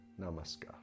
Namaskar